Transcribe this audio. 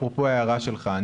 אפרופו ההערה שלך.